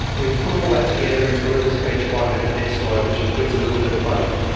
we have put all that together into a little speech by her defence lawyer, which includes a little bit of both.